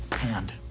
hand.